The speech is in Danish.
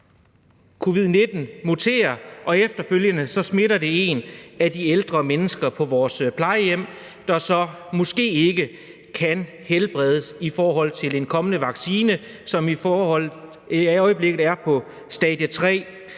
coronaen muterer, og efterfølgende smitter det et af de ældre mennesker på vores plejehjem, der så måske ikke kan hjælpes af en kommende vaccine, som i øjeblikket er på stadie 3.